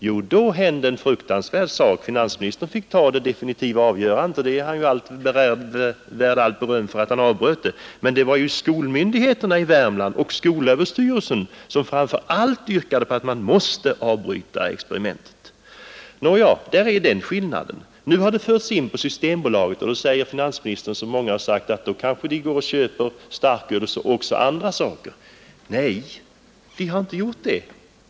Jo, då hände det fruktansvärda saker, som gjorde att finansministern fick fatta det definitiva avgörandet att avbryta försöket, och det är han värd allt beröm för att han gjorde. Men det var skolmyndigheterna i Värmland och skolöverstyrelsen som framför allt yrkade på att experimentet skulle avbrytas. Där finns det alltså en skillnad. När det nu är fråga om att föra över försäljningen på Systembolaget, säger finansministern som många har sagt att då kanske många människor samtidigt köper både starköl och spritdrycker. Nej, människor gör inte det.